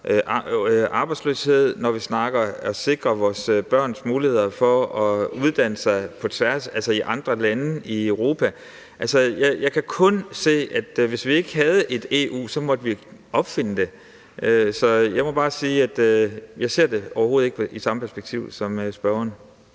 arbejdsløshed, når vi snakker om at sikre vores børns muligheder for at uddanne sig i andre lande i Europa. Jeg kan kun se, at hvis vi ikke havde et EU, så måtte vi opfinde det. Så jeg må bare sige, at jeg overhovedet ikke ser det i det samme perspektiv som spørgeren.